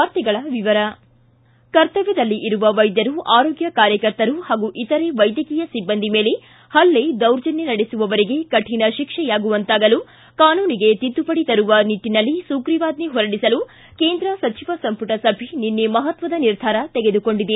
ವಾರ್ತೆಗಳ ವಿವರ ಕರ್ತವ್ಯದಲ್ಲಿ ಇರುವ ವೈದ್ಯರು ಆರೋಗ್ಯ ಕಾರ್ಯಕರ್ತರು ಹಾಗೂ ಇತರೆ ವೈದ್ಯಕೀಯ ಸಿಬ್ಬಂದಿ ಮೇಲೆ ಹಲ್ಲೆ ದೌರ್ಜನ್ಯ ನಡೆಸುವವರಿಗೆ ಕಠಿಣ ಶಿಕ್ಷೆಯಾಗುವಂತಾಗಲು ಕಾನೂನಿಗೆ ತಿದ್ದುಪಡಿ ತರುವ ನಿಟ್ಟನಲ್ಲಿ ಸುಗ್ರೀವಾಜ್ಜೆ ಹೊರಡಿಸಲು ಕೇಂದ್ರ ಸಚಿವ ಸಂಪುಟ ಸಭೆ ನಿನ್ನೆ ಮಹತ್ವದ ನಿರ್ಧಾರ ತೆಗೆದುಕೊಂಡಿದೆ